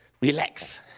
relax